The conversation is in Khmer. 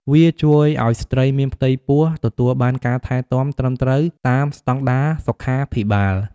វាជួយឱ្យស្ត្រីមានផ្ទៃពោះទទួលបានការថែទាំត្រឹមត្រូវតាមស្តង់ដារសុខាភិបាល។